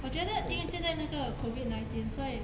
我觉得因为现在那个 COVID nineteen 所以